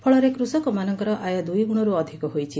ଫଳରେ କୃଷକମାନଙ୍କର ଆୟ ଦୁଇଗୁଣରୁ ଅଧିକ ହୋଇଛି